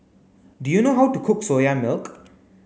do you know how to cook soya milk